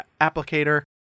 applicator